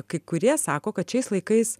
kai kurie sako kad šiais laikais